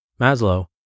Maslow